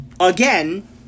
Again